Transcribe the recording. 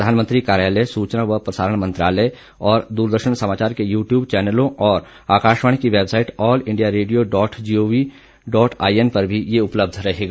प्रधानमंत्री कार्यालय सूचना व प्रसारण मंत्रालय और दूरदर्शन समाचार के यूट्यूब चैनलों और आकाशवाणी की website all India radio dot G O V dot I N पर भी यह उपलब्ध रहेगा